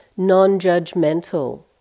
non-judgmental